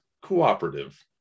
cooperative